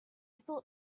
thought